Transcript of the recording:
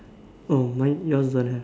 oh mine yours don't have